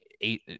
eight